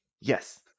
Yes